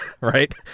right